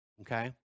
Okay